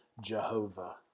Jehovah